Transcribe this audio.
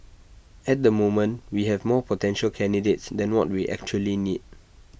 at the moment we have more potential candidates than what we actually need